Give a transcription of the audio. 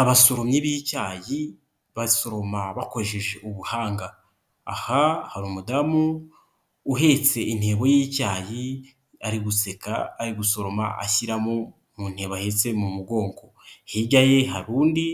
Abasoromyi b'icyayi basoroma bakoresheje ubuhanga, aha hari umudamu uhetse intebo y'icyayi ari guseka, ari gusoroma ashyiramo mu ntebo ahetse mu mugongo, hirya ye hari undi,